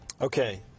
Okay